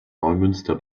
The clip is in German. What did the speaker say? neumünster